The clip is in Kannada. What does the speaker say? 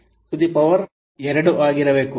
10 to the power 2 ಆಗಿರಬೇಕು